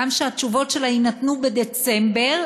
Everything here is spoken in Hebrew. גם שהתשובות שלה יינתנו בדצמבר,